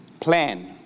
plan